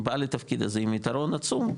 בא לתפקיד הזה עם יתרון עצום,